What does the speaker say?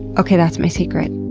okay, that's my secret.